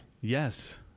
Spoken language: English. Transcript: yes